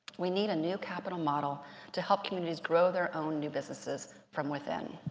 we need a new capital model to help communities grow their own new businesses from within.